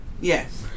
Yes